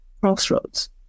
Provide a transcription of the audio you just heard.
crossroads